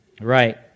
Right